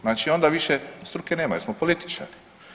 Znači onda više struke nema jer smo političari.